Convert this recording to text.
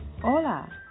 Hola